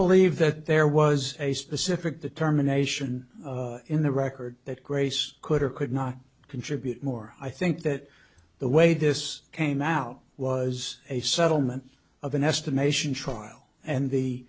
believe that there was a specific the terminations in the record that grace could or could not contribute more i think that the way this came out was a settlement of an estimation trial and the